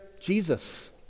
Jesus